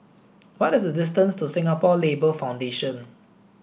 what is the distance to Singapore Labour Foundation